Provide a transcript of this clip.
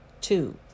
Two